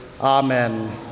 Amen